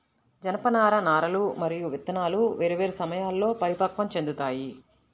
జనపనార నారలు మరియు విత్తనాలు వేర్వేరు సమయాల్లో పరిపక్వం చెందుతాయి